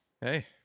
hey